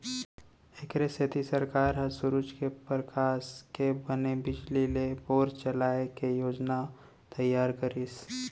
एखरे सेती सरकार ह सूरूज के परकास के बने बिजली ले बोर चलाए के योजना तइयार करिस